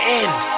end